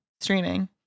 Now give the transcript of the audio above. Streaming